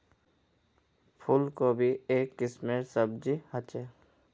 फूल कोबी एक किस्मेर सब्जी ह छे